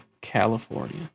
California